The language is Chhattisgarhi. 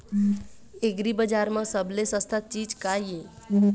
एग्रीबजार म सबले सस्ता चीज का ये?